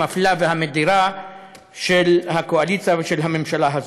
המפלה והמדירה של הקואליציה ושל הממשלה הזאת.